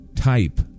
type